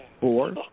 four